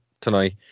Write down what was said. tonight